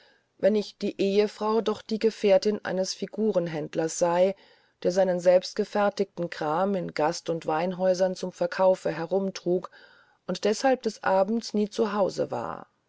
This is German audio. wenn nicht die ehefrau doch die gefährtin eines figurenhändlers sei der seinen selbstgefertigten kram in gast und weinhäusern zum verkaufe umhertrug und deßhalb des abends nie zu hause war